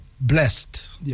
blessed